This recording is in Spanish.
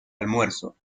almuerzo